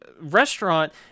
restaurant